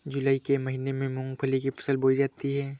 जूलाई के महीने में मूंगफली की फसल बोई जाती है